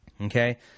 Okay